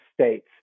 States